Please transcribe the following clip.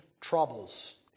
troubles